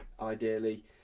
ideally